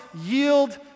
yield